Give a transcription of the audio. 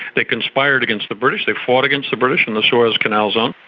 they conspired against the british, they fought against the british in the suez canal zone.